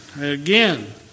again